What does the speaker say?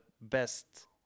best